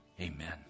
Amen